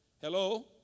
Hello